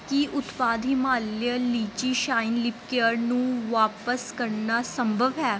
ਕੀ ਉਤਪਾਦ Himalaya lychee shine lip care ਨੂੰ ਵਾਪਿਸ ਕਰਨਾ ਸੰਭਵ ਹੈ